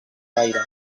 caire